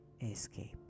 escape